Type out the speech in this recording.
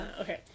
Okay